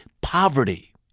poverty